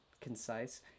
concise